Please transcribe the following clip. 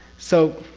so,